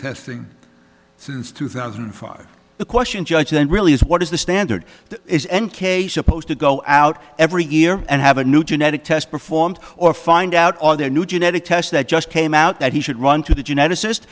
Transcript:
testing since two thousand and far the question judge then really is what is the standard that is n k supposed to go out every year and have a new genetic test performed or find out all the new genetic tests that just came out that he should run to the geneticist